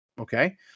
okay